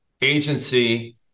agency